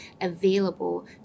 available